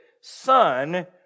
Son